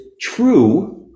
true